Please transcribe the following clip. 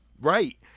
Right